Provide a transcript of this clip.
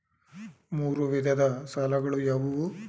ಮೂರು ವಿಧದ ಸಾಲಗಳು ಯಾವುವು?